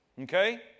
Okay